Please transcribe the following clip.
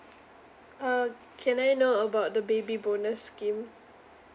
uh can I know about the baby bonus scheme